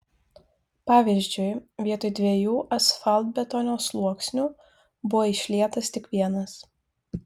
pavyzdžiui vietoj dviejų asfaltbetonio sluoksnių buvo išlietas tik vienas